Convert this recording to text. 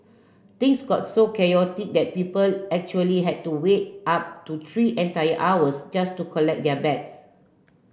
things got so chaotic that people actually had to wait up to three entire hours just to collect their bags